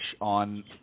on